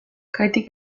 kaitik